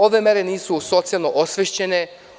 Ove mere nisu socijalno osvešćene.